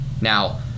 Now